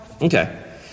okay